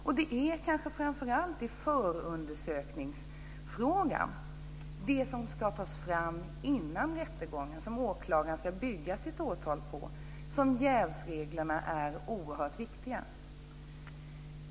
Förundersökningen gäller det som ska tas fram före rättegången och som åklagaren ska bygga sitt åtal på, och kanske framför allt där är jävsreglerna oerhört viktiga.